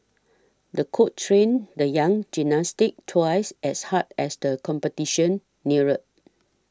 the coach trained the young gymnast twice as hard as the competition neared